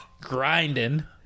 Grinding